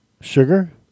Sugar